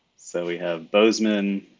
so we have bozeman,